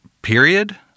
period